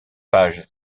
page